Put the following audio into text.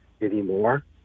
anymore